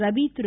Ravi Thiru